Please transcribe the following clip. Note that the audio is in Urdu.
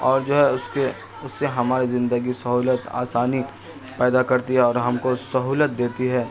اور جو ہے اس کے اس سے ہماری زندگی سہولت آسانی پیدا کرتی ہے اور ہم کو سہولت دیتی ہے